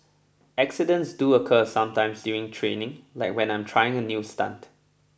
accidents do occur sometimes during training like when I'm trying a new stunt